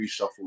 reshuffle